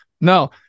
No